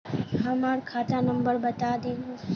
हमर खाता नंबर बता देहु?